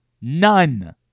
None